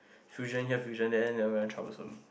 fusion here fusion there then very troublesome